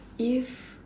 if